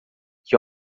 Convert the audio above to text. que